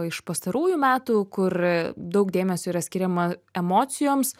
iš pastarųjų metų kur daug dėmesio yra skiriama emocijoms